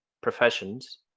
professions